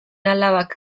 alabak